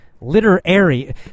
Literary